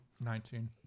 nineteen